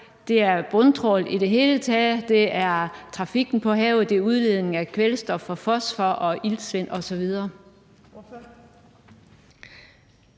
havet, er bundtrawl i det hele taget, det er trafikken på havet, det er udledningen af kvælstof og fosfor, det er iltsvind osv.